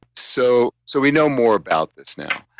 so so we know more about this now.